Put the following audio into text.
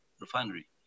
refinery